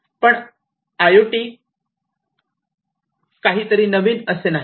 पण I O T काहीतरी नवीन असे नाही